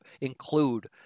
include